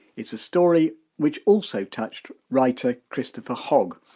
it's a story which also touched writer, christopher hogg,